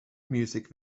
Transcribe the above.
music